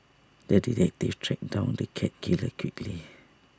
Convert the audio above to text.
the detective tracked down the cat killer quickly